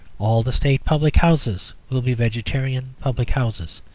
all the state public houses will be vegetarian public houses.